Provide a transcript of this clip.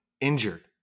injured